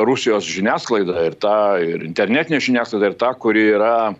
rusijos žiniasklaidą ir tą ir internetinę žiniasklaidą ir tą kuri yra